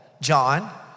John